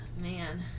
man